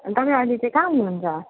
तपाईँ अहिले चाहिँ कहाँ हुनु हुन्छ